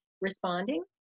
responding